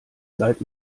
seid